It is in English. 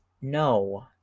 No